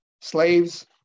slaves